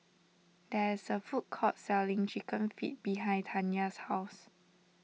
there is a food court selling Chicken Feet behind Tanya's house